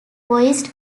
voiced